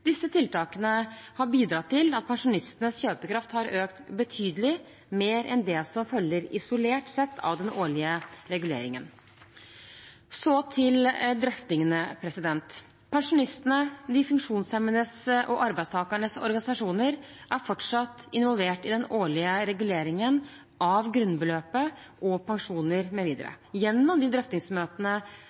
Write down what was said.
Disse tiltakene har bidratt til at pensjonistenes kjøpekraft har økt betydelig mer enn det som følger isolert sett av den årlige reguleringen. Så til drøftingene: Pensjonistene og de funksjonshemmedes og arbeidstakernes organisasjoner er fortsatt involvert i den årlige reguleringen av grunnbeløpet og pensjoner mv. gjennom de drøftingsmøtene